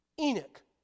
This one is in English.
Enoch